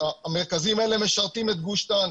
המרכזים האלה משרתים את גוש דן.